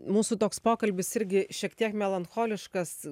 mūsų toks pokalbis irgi šiek tiek melancholiškas